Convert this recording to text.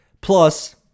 Plus